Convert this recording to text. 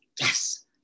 Yes